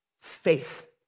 faith